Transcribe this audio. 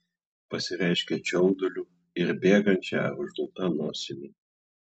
pasireiškia čiauduliu ir bėgančia ar užgulta nosimi